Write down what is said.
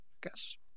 guess